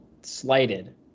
slighted